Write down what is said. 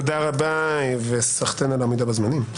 תודה רבה וסחתיין על עמידה בזמנים.